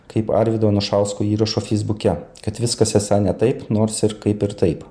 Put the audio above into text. kaip arvydo anušausko įrašo feisbuke kad viskas esą ne taip nors ir kaip ir taip